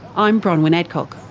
i'm bronwyn adcock